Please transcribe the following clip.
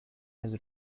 his